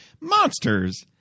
Monsters